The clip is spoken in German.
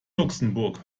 luxemburg